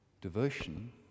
Devotion